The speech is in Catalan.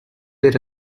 era